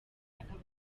akaba